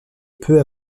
peu